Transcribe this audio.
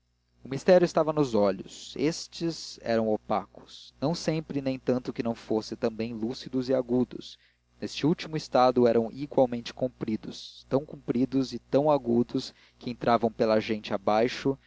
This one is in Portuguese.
o mistério estava nos olhos estes eram opacos não sempre nem tanto que não fossem também lúcidos e agudos e neste último estado eram igualmente compridos tão compridos e tão agudos que entravam pela gente abaixo